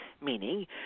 meaning